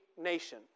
nation